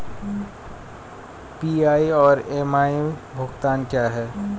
PI और MI भुगतान क्या हैं?